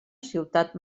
ciutat